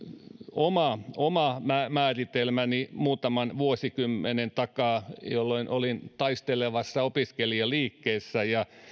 oma määritelmäni muutaman vuosikymmenen takaa jolloin olin taistelevassa opiskelijaliikkeessä